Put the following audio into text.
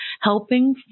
helping